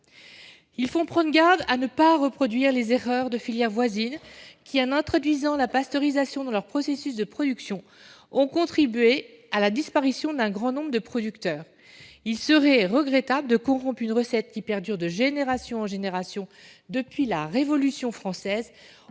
Il faut prendre garde à ne pas reproduire les erreurs de filières voisines qui, en introduisant la pasteurisation dans leur processus de production, ont contribué à la disparition d'un grand nombre de producteurs. Il serait regrettable de corrompre une recette qui perdure de génération en génération depuis la Révolution française,